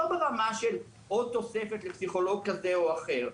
לא ברמה של עוד תוספת לפסיכולוג כזה או אחר,